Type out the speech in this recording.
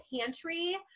pantry